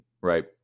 right